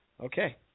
Okay